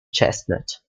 chestnut